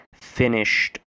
finished